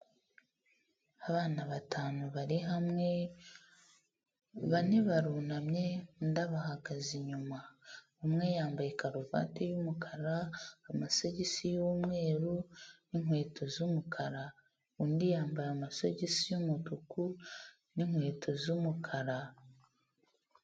Abana batanu bari hamwe bane barunamye undi abahagaze inyuma, umwe yambaye karuvati y'umukara amasogisi y'umweru n'inkweto z'umukara undi yambaye amasogisi y'umutuku n'inkweto z'umukara.